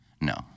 No